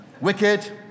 Wicked